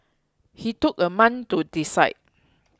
he took a month to decide